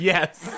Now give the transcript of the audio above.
Yes